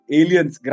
aliens